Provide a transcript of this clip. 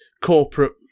corporate